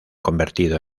convertido